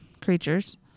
creatures